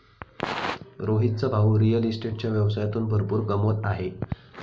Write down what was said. रोहितचा भाऊ रिअल इस्टेटच्या व्यवसायातून भरपूर कमवत आहे